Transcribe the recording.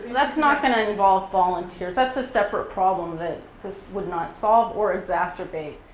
that's not going to involve volunteers. that's a separate problem that this would not solve or exacerbate.